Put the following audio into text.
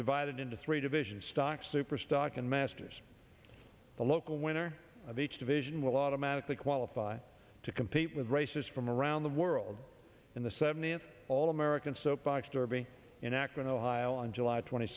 divided into three divisions stock superstock and masters the local winner of each division will automatically qualify to compete with races from around the world in the seventy in all american soapbox derby in akron ohio on july twenty